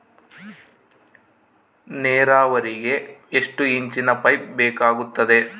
ನೇರಾವರಿಗೆ ಎಷ್ಟು ಇಂಚಿನ ಪೈಪ್ ಬೇಕಾಗುತ್ತದೆ?